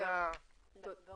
אני